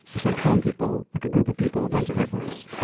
it's like calling people like a group of people a bunch of hitlers!